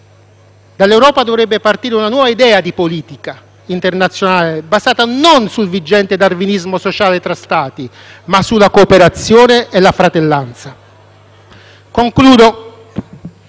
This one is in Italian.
Dall'Europa dovrebbe partire una nuova idea di politica internazionale, basata non sul vigente darwinismo sociale tra Stati, ma sulla cooperazione e la fratellanza. Concludo